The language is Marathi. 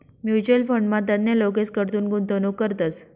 म्युच्युअल फंडमा तज्ञ लोकेसकडथून गुंतवणूक करतस